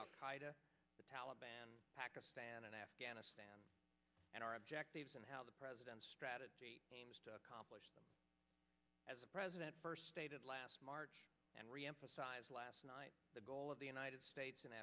the taliban pakistan and afghanistan and our objectives and how the president's strategy aims to accomplish that as the president first stated last march and reemphasize last night the goal of the united states in